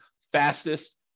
fastest